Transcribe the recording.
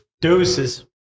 Deuces